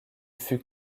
fut